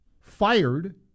fired